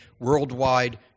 worldwide